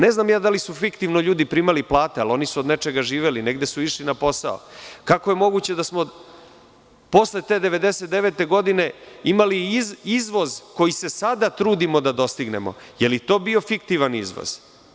Ne znam ja da li su fiktivno ljudi primali plate, ali oni su od nečega živeli, negde su išli na posao, kako je moguće da smo posle te 1999. godine imali izvoz koji se sada trudimo da dostignemo, da li je i to bio fiktivan izvoz?